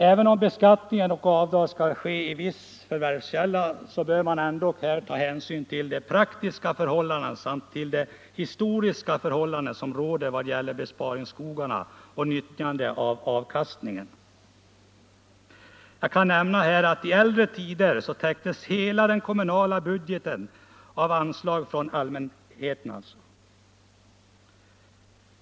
Även om beskattning och avdrag skall ske i viss förvärvskälla, bör man ändå ta hänsyn till de praktiska och historiska förhållanden som råder i vad gäller besparingsskogarna och nyttjandet av avkastningen. I äldre tider täcktes hela den kommunala budgeten av anslag från samfälligheter.